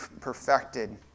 perfected